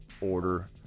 Order